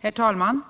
Herr talman!